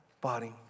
body